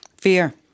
Fear